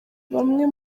bamwe